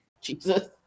Jesus